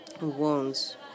wounds